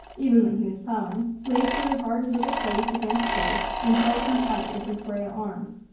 even when he was plowing laid her hard little face against his, and held him tight with her frail arms,